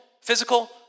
physical